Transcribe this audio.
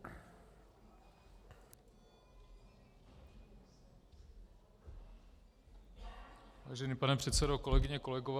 Vážený pane předsedo, kolegyně, kolegové.